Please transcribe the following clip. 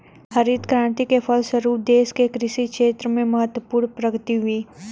हरित क्रान्ति के फलस्व रूप देश के कृषि क्षेत्र में महत्वपूर्ण प्रगति हुई